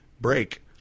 break